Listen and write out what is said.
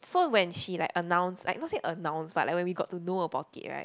so when she like announce like not say announce but like when we got to know about it right